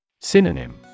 Synonym